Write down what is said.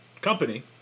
company